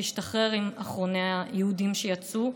והשתחרר עם אחרוני היהודים שיצאו.